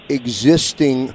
existing